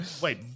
wait